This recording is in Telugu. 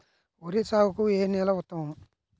వరి సాగుకు ఏ నేల ఉత్తమం?